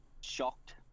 shocked